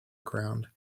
ground